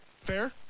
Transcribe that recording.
Fair